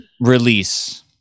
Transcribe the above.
release